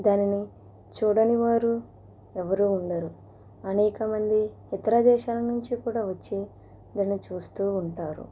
దానిని చూడని వారు ఎవరు ఉండరు అనేకమంది ఇతర దేశాల నుంచి కూడా వచ్చి దాన్ని చూస్తు ఉంటారు